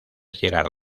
llegar